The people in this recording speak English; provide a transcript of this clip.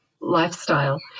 lifestyle